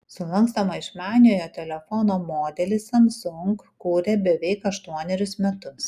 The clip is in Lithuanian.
sulankstomą išmaniojo telefono modelį samsung kūrė beveik aštuonerius metus